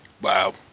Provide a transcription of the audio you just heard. Wow